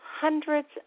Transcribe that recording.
hundreds